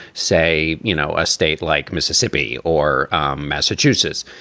say, you know, a state like mississippi or massachusetts.